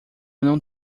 não